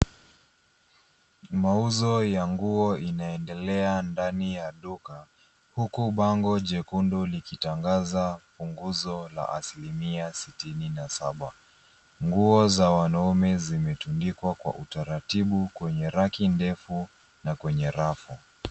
Mauzo ya nguo inaendelea ndani ya duka, huku bango jekundu likitangaza punguzo la asilimia sitini na saba. Nguo za wanaume zimetundikwa kwa utaratibu kwenye rack ndefu na kwenye rafu.